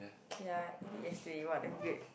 ya eat it yesterday !wah! damn great